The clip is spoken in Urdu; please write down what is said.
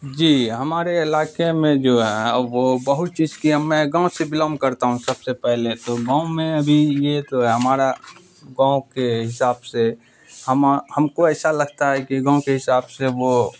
جی ہمارے علاقے میں جو ہے وہ بہت چیز کی ہے میں گاؤں سے بلانگ کرتا ہوں سب سے پہلے تو گاؤں میں ابھی یہ تو ہے ہمارا گاؤں کے حساب سے ہما ہم کو ایسا لگتا ہے کہ گاؤں کے حساب سے وہ